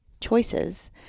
choices